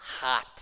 hot